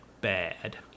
bad